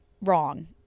wrong